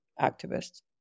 activists